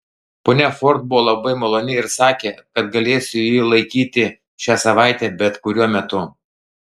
ponia ford buvo labai maloni ir sakė kad galėsiu jį laikyti šią savaitę bet kuriuo metu